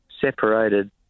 separated